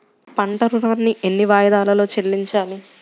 పంట ఋణాన్ని ఎన్ని వాయిదాలలో చెల్లించాలి?